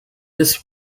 this